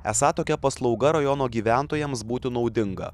esą tokia paslauga rajono gyventojams būtų naudinga